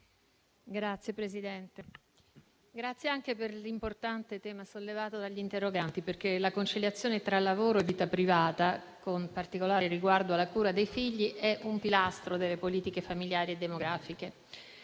ringrazio gli interroganti per l'importante tema sollevato, perché la conciliazione tra lavoro e vita privata, con particolare riguardo alla cura dei figli, è un pilastro delle politiche familiari e demografiche.